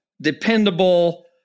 dependable